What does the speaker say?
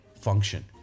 function